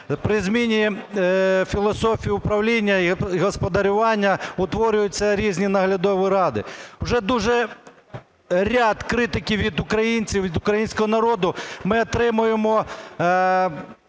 при зміні філософії управління і господарювання утворюються різні наглядові ради. Уже дуже ряд критики від українців, від українського народу, ми отримуємо